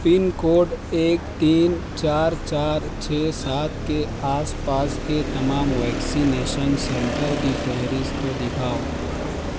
پن code ایک تین چار چار چھ سات کے آس پاس کے تمام ویکسینیشن سینٹر کی فہرست دکھاؤ